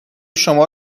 شما